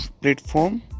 platform